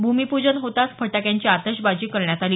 भूमिपूजन होताच फटाक्यांची आतषबाजी करण्यात आली